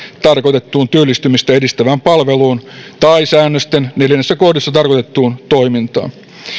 tarkoitettuun työllistymistä edistävään palveluun tai säännösten neljännessä kohdissa tarkoitettuun toimintaan